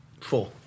Four